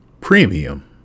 premium